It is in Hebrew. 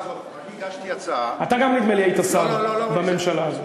גם אתה, נדמה לי, היית שר בממשלה הזאת.